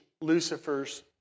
Lucifer's